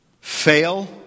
Fail